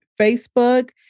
Facebook